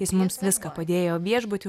jis mums viską padėjo viešbutį